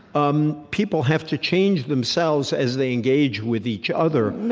um people have to change themselves as they engage with each other